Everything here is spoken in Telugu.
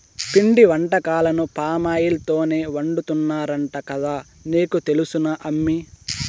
పిండి వంటకాలను పామాయిల్ తోనే వండుతున్నారంట కదా నీకు తెలుసునా అమ్మీ